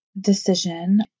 decision